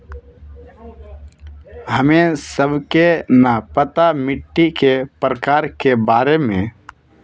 हमें सबके न पता मिट्टी के प्रकार के बारे में?